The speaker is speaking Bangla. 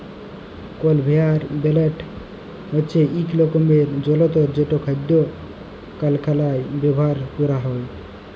কলভেয়ার বেলেট হছে ইক ধরলের জলতর যেট খাদ্য কারখালায় ব্যাভার ক্যরা হয়